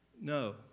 No